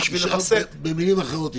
במילים אחרות,